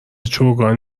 چوگان